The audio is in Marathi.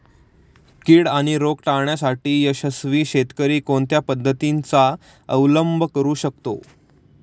कीड आणि रोग टाळण्यासाठी यशस्वी शेतकरी कोणत्या पद्धतींचा अवलंब करू शकतो?